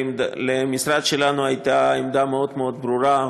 למשרד שלנו הייתה עמדה מאוד מאוד ברורה,